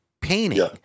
painting